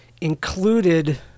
included